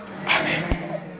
amen